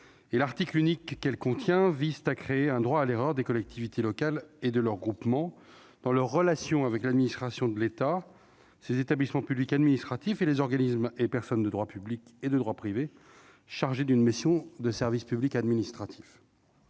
Maurey et Sylvie Vermeillet vise à créer un droit à l'erreur des collectivités locales et de leurs groupements dans leurs relations avec les administrations de l'État, ses établissements publics administratifs et les organismes et personnes de droit public et de droit privé chargés d'une mission de service public administratif.